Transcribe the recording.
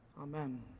Amen